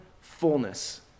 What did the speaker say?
fullness